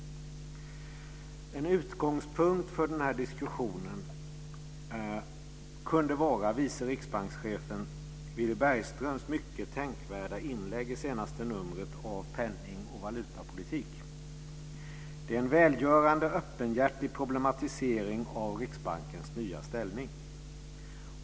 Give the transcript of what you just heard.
En utgångspunkt för den här diskussionen kunde vara vice riksbankschefen Villy Bergströms mycket tänkvärda inlägg i senaste numret av Penning och valutapolitik. Han skriver att det är en välgörande öppenhjärtig problematisering av Riksbankens nya ställning.